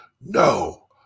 No